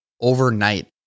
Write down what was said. overnight